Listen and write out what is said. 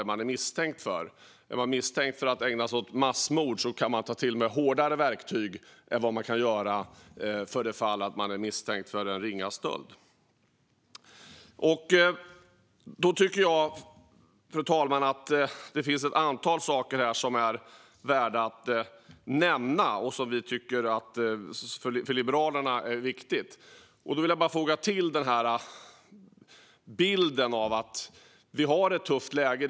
Är man misstänkt för att ägna sig åt massmord kan hårdare verktyg tas till än om man är misstänkt för ringa stöld. Det finns, fru talman, ett antal saker som jag tycker är värda att nämna och som är viktiga för Liberalerna. Jag vill tillfoga något till bilden av att vi har ett tufft läge.